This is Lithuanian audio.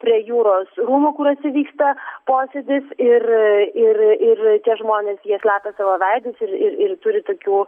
prie jūros rūmų kuriuose vyksta posėdis ir ir ir tie žmonės jie slepia savo veidus ir ir ir turi tokių